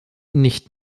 nicht